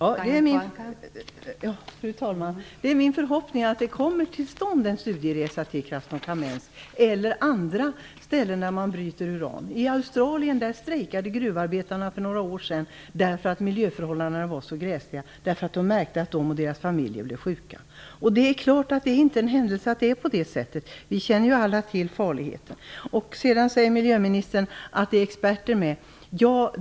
Fru talman! Det är min förhoppning att det kommer till stånd en studieresa till Krasnokamensk eller andra ställen där man bryter uran. I Australien strejkade gruvarbetarna för några år sedan därför att miljöförhållandena var så gräsliga och därför att de märkte att de och deras familjer blev sjuka. Det är klart att det inte är en händelse att det är på det sättet. Vi känner alla till farligheten. Miljöministern säger att det finns experter med.